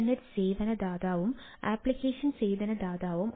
internet സേവന ദാതാവും application സേവന ദാതാവും